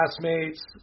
classmates